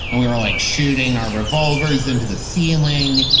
and we were like shooting our revolvers into the ceiling,